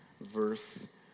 verse